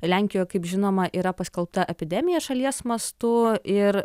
lenkijoj kaip žinoma yra paskelbta epidemija šalies mastu ir